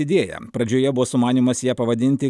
idėją pradžioje buvo sumanymas ją pavadinti